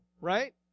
right